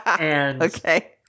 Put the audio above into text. Okay